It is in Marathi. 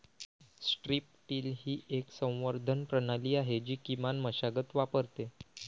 स्ट्रीप टिल ही एक संवर्धन प्रणाली आहे जी किमान मशागत वापरते